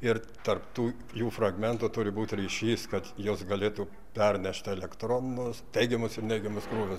ir tarp tų jų fragmentų turi būt ryšys kad jos galėtų pernešt elektronus teigiamus ir neigiamus krūvius